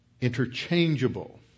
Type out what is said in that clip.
interchangeable